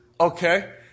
Okay